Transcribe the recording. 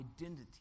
identity